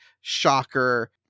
Shocker